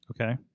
Okay